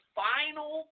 final